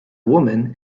woman